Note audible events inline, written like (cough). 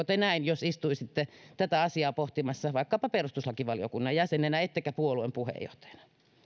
(unintelligible) te näin jos istuisitte tätä asiaa pohtimassa vaikkapa perustuslakivaliokunnan jäsenenä ettekä puolueen puheenjohtajana